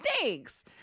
thanks